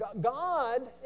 God